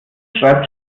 schreibt